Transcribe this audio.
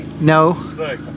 no